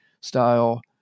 style